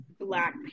black